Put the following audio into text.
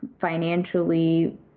financially